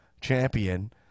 champion